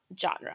genre